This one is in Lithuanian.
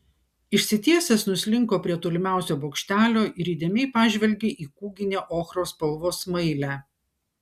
išsitiesęs nuslinko prie tolimiausio bokštelio ir įdėmiai pažvelgė į kūginę ochros spalvos smailę